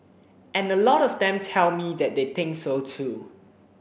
and a lot of them tell me that they think so too